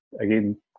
Again